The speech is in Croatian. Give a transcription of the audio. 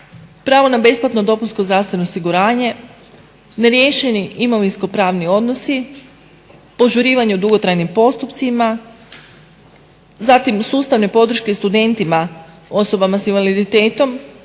pravo na besplatno dopunsko zdravstveno osiguranje, neriješeni imovinsko-pravni odnosi, požurivanje u dugotrajnim postupcima. Zatim sustavne podrške studentima, osobama sa invaliditetom